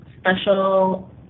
special